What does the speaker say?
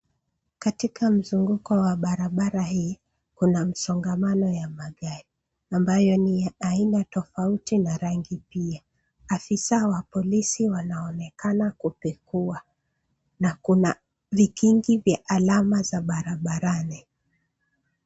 Katika mzunguko wa barabara hii, kuna msongomano ya magari ambayo ni aina tofauti na rangi pia. Afisa wa polisi wanaonekana kupekua na kuna vikingi vya alama za barabarani.